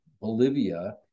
Bolivia